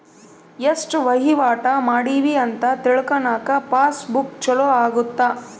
ಎಸ್ಟ ವಹಿವಾಟ ಮಾಡಿವಿ ಅಂತ ತಿಳ್ಕನಾಕ ಪಾಸ್ ಬುಕ್ ಚೊಲೊ ಅಗುತ್ತ